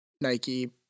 Nike